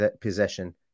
possession